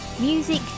Music